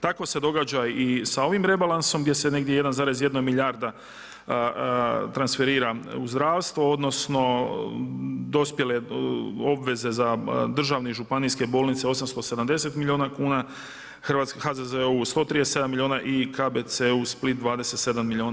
Tako se događa i sa ovim rebalansom gdje se negdje 1,1 milijarda transferira u zdravstvo, odnosno dospjele obveze za državne i županijske bolnice 870 milijuna kuna, HZZO-u 137 milijuna i KBC-u Split 27 milijuna.